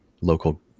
local